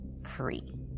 free